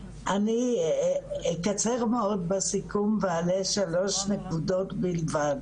אני אקצר מאוד בסיכום ואעלה שלוש נקודות בלבד.